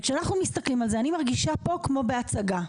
וכשאנחנו מסתכלים על זה אני מרגישה פה כמו בהצגה,